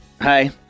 Hi